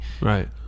right